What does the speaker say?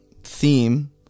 theme